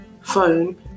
phone